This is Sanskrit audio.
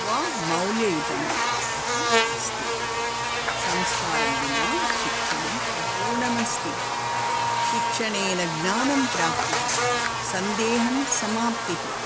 वा मौल्ययुतम् अपि अस्ति संस्कारं विना शिक्षणम् अपूर्णमस्ति शिक्षणेन ज्ञानप्राप्तिः सन्देहं समाप्तिः